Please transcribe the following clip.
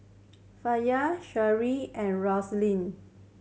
Faye and Roslin